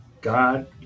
god